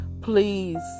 please